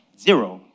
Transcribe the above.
zero